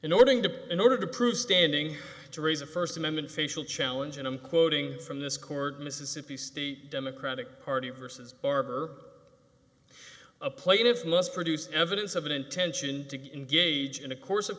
in order to in order to prove standing to raise a first amendment facial challenge and i'm quoting from this court mississippi state democratic party versus barber a plaintiff must produce evidence of an intention to engage in a course of